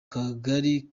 kagari